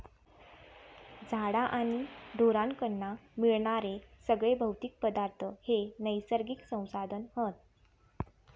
झाडा आणि ढोरांकडना मिळणारे सगळे भौतिक पदार्थ हे नैसर्गिक संसाधन हत